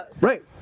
Right